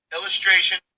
illustration